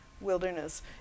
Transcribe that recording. wilderness